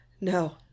No